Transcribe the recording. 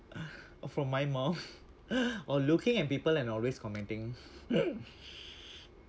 from my mum or looking at people and always commenting